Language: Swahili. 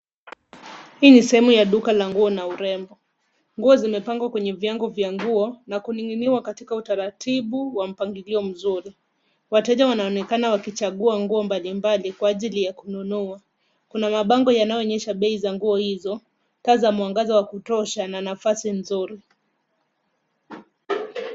Hii ni sehemu ya duka la nguo na urembo. Nguo zimepangwa kwenye vyango vya nguo, na kuning'iniwa katika utaratibu wa mpangilio mzuri. Wateja wanaonekana wakichagua nguo mbali mbali kwa ajili ya kununua. Kuna mabango yanayoonyesha bei za nguo hizo, taa za mwangaza wa kutosha, na nafasi nzuri.